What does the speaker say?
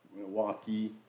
Milwaukee